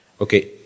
Okay